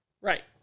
Right